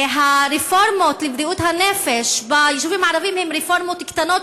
הרפורמות לבריאות הנפש ביישובים הערביים הן רפורמות קטנות,